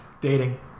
dating